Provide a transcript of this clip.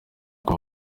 kuba